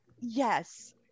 Yes